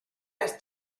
las